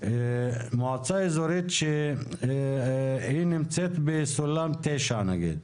מועצה אזורית שהיא נמצאת בסולם 9 נגיד,